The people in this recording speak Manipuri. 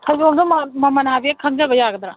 ꯐꯩꯖꯣꯝꯗꯨ ꯃꯃꯟ ꯍꯥꯏꯐꯦꯠ ꯈꯪꯖꯕ ꯌꯥꯒꯗ꯭ꯔꯥ